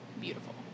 Beautiful